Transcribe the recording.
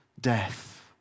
death